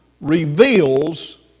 reveals